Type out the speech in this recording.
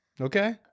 okay